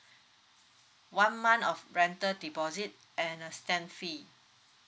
one month of rental deposit and a stamp fee